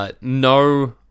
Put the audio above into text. no